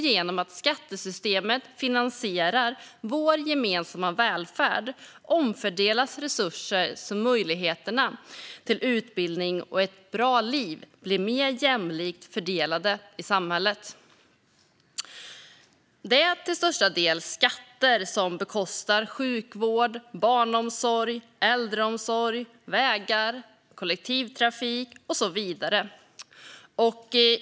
Genom att skattesystemet finansierar vår gemensamma välfärd omfördelas resurser så att möjligheterna till utbildning och ett bra liv blir mer jämlikt fördelade i samhället. Det är till största del skatter som bekostar sjukvård, barnomsorg, äldreomsorg, vägar, kollektivtrafik och så vidare.